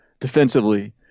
defensively